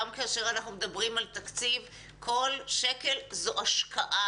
גם כאשר אנחנו מדברים על תקציב, כל שקל הוא השקעה.